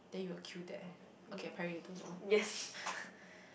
then you will queue there okay apparently you don't know